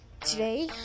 today